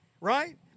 right